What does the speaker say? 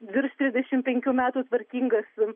virš trisdešimt penkių metų tvarkingas